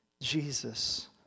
Jesus